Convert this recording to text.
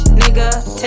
nigga